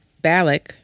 Balak